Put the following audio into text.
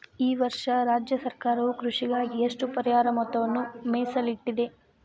ಈ ವರ್ಷ ರಾಜ್ಯ ಸರ್ಕಾರವು ಕೃಷಿಗಾಗಿ ಎಷ್ಟು ಪರಿಹಾರ ಮೊತ್ತವನ್ನು ಮೇಸಲಿಟ್ಟಿದೆ?